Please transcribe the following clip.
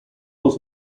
was